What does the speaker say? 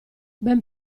ben